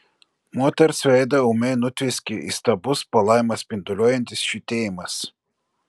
moters veidą ūmai nutvieskė įstabus palaimą spinduliuojantis švytėjimas